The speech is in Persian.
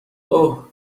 اوه